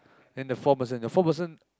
then the four person the four person